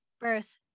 birth